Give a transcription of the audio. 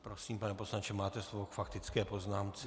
Prosím, pane poslanče, máte slovo k faktické poznámce.